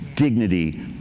dignity